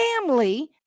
family